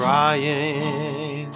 Crying